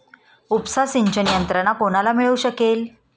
उपसा सिंचन यंत्रणा कोणाला मिळू शकेल?